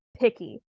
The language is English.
picky